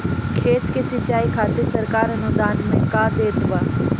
खेत के सिचाई खातिर सरकार अनुदान में का देत बा?